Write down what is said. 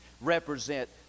represent